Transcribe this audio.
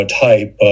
type